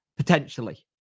potentially